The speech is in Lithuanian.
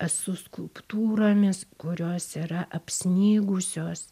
e su skulptūromis kurios yra apsnigusios